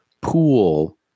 pool